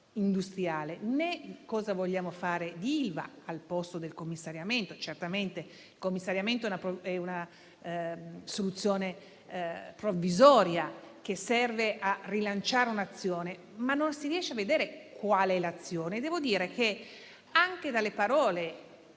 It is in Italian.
una visione di cosa vogliamo fare di Ilva al posto del commissariamento. Certamente, il commissariamento è una soluzione provvisoria, che serve a rilanciare un'azione, ma non si riesce a vedere quale sia l'azione. Devo dire che, anche dalle parole